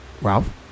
Ralph